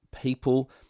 people